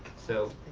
so,